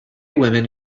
women